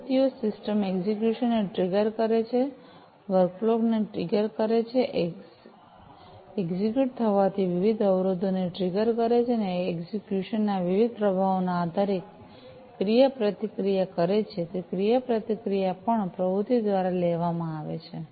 પ્રવૃત્તિઓ system execution ને trigger કરે છે વર્કફ્લો ને ટ્રિગર ટ્રિગર કરે છે એક્ઝેક્યુટ થવાથી વિવિધ અવરોધોને ટ્રિગર કરે છે અને એક્ઝેક્યુશન ના વિવિધ પ્રભાવોને આધારે ક્રિયાપ્રતિક્રિયા કરે છે તે ક્રિયાપ્રતિક્રિયા પણ પ્રવૃત્તિ દ્વારા લેવામાં આવે છે